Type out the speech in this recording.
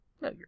No